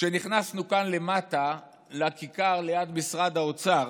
כשנכנסנו כאן למטה לכיכר ליד משרד האוצר,